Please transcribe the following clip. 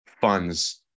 funds